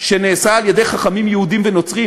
שנעשה על-ידי חכמים יהודים ונוצרים,